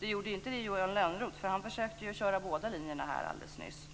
Det gjorde det ju inte i Johan Lönnroths, för han försökte ju att köra båda linjerna här alldeles nyss.